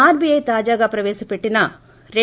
RBI తాజాగా ప్రపేశ పెట్టిన రూ